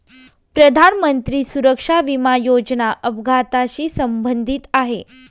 प्रधानमंत्री सुरक्षा विमा योजना अपघाताशी संबंधित आहे